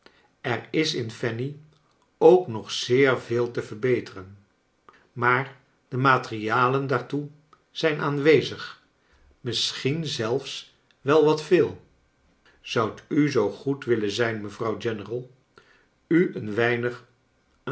er is in fanny ook nog zeer veel te verbeteren maar de materialen daartoe zijn aanwezig mis schien zelfs wel wat veel zoudt u zoo goed willen zijn mevrouw general u een weinig